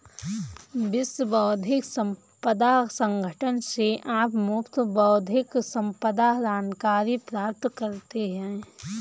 विश्व बौद्धिक संपदा संगठन से आप मुफ्त बौद्धिक संपदा जानकारी प्राप्त करते हैं